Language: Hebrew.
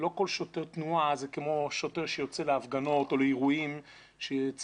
לא כל שוטר תנועה זה כמו שוטר שיוצא להפגנות או לאירועים שצריך,